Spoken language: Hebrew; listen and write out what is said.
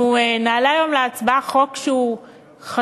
אנחנו נעלה היום להצבעה חוק שהוא חשוב,